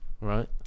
right